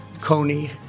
Coney